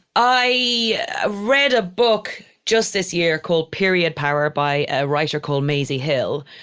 i read a book just this year called period power by a writer called maisie hill.